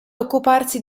occuparsi